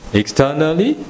externally